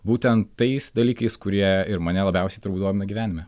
būtent tais dalykais kurie ir mane labiausiai trukdo gyvenime